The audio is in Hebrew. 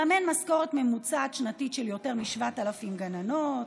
לממן משכורת ממוצעת שנתית של יותר מ-7,000 גננות,